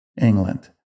England